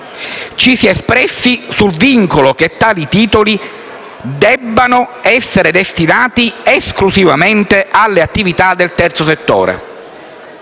Ci si è espressi sul vincolo che tali titoli debbano essere destinati esclusivamente alle attività del terzo settore.